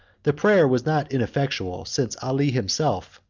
the prayer was not ineffectual, since ali himself,